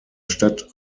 stadt